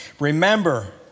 Remember